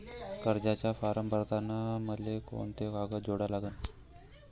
कर्जाचा फारम भरताना मले कोंते कागद जोडा लागन?